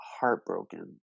heartbroken